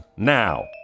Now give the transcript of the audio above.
Now